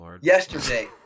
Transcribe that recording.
yesterday